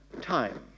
time